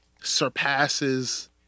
surpasses